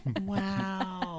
wow